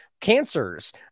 cancers